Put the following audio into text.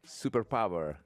super paver